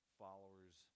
followers